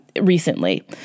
recently